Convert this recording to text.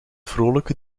vrolijke